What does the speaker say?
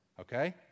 okay